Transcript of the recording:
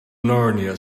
narnia